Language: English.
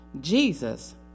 Jesus